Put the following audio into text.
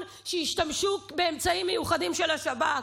שהשתמשו אצלו באמצעים מיוחדים של השב"כ,